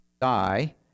die